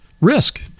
Risk